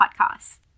podcast